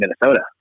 Minnesota